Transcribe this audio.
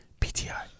PTI